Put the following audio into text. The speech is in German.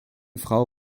frau